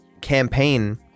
Campaign